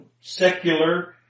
secular